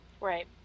Right